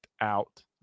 out